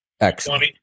Excellent